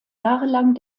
jahrelang